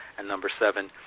and number seven,